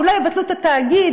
אולי יבטלו את התאגיד,